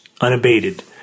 unabated